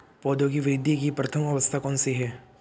पौधों की वृद्धि की प्रथम अवस्था कौन सी है?